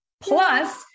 Plus